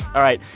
all right.